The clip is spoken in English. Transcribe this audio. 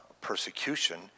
persecution